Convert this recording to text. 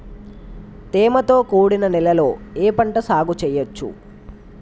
తేమతో కూడిన నేలలో ఏ పంట సాగు చేయచ్చు?